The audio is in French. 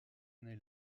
année